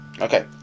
Okay